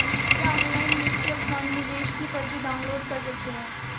क्या online mutual fund निवेश की पर्ची डाउनलोड कर सकते हैं?